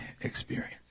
experience